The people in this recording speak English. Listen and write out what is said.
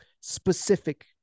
specific